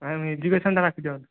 ma'am ଏଜୁକେସନ୍ଟା କାଟି ଦିଅନ୍ତୁ